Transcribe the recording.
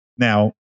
Now